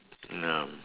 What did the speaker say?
ah